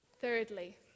Thirdly